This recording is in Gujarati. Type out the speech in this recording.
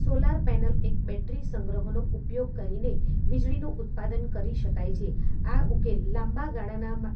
સોલાર પેનલ એક બેટરી સંગ્રહનો ઉપયોગ કરીને વીજળીનું ઉત્પાદન કરી શકાય છે આ ઉકેલ લાંબાગાળાના